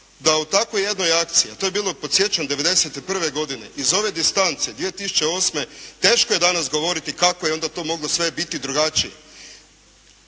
da u takvoj jednoj akciji, a to je bilo podsjećam '91. godine, iz ove distance 2008. teško je danas govoriti kako je onda to moglo biti sve drugačije.